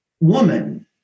woman